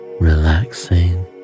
relaxing